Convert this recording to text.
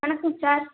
வணக்கம் சார்